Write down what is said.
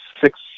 six